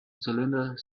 cylinder